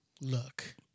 look